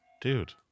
dude